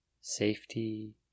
Safety